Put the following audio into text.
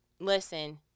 Listen